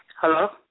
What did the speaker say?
Hello